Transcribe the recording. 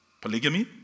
polygamy